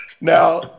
Now